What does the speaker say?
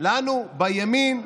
לנו בימין.